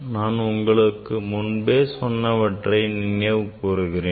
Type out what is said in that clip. நான் உங்களுக்கு முன்பே சொன்னவற்றை நினைவு கூறுகிறேன்